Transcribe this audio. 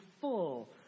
full